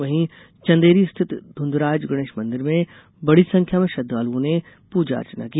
वहीं चंदेरी स्थित ध्रुंधराज गणेश मंदिर में बड़ी संख्या में श्रद्वालुओं ने पूजा अर्चना की